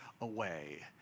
away